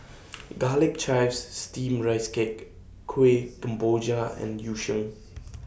Garlic Chives Steamed Rice Cake Kueh Kemboja and Yu Sheng